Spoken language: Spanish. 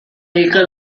hija